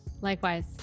likewise